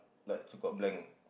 like so called blank